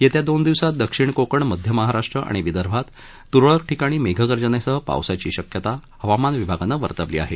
येत्या दोन दिवसात दक्षिण कोकण मध्य महाराष्ट्र आणि विदर्भात तुरळक ठिकाणी मेघगर्जनेसह पावसाची शक्यता हवामान विभागानं वर्तवली आहे